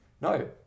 No